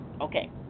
Okay